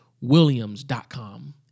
williams.com